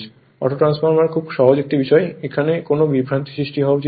autotransformer খুব সহজ একটি বিষয় এখানে কোন বিভ্রান্তি সৃষ্টি হওয়া উচিত নয়